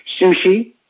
sushi